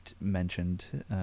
mentioned